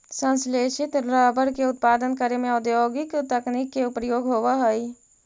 संश्लेषित रबर के उत्पादन करे में औद्योगिक तकनीक के प्रयोग होवऽ हइ